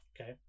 okay